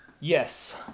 Yes